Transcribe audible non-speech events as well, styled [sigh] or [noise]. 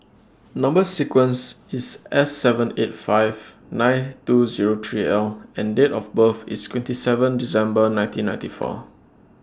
[noise] Number sequence IS S seven eight five nine two Zero three L and Date of birth IS twenty seven December nineteen ninety four